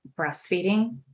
breastfeeding